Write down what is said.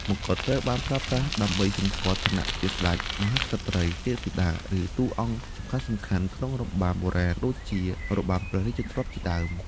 ម្កុដត្រូវបានប្រើប្រាស់ដើម្បីសម្គាល់ ឋានៈជាស្តេច មហាក្សត្រី ទេពធីតា ឬតួអង្គសំខាន់ៗក្នុងរបាំបុរាណ ដូចជារបាំព្រះរាជទ្រព្យជាដើម។